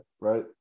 right